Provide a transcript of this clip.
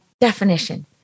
definition